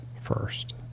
first